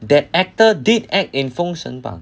that actor did act in 封神榜